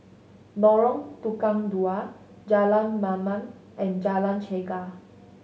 Lorong Tukang Dua Jalan Mamam and Jalan Chegar